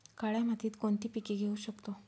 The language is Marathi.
काळ्या मातीत कोणती पिके घेऊ शकतो?